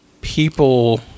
People